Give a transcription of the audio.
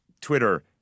Twitter